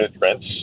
rents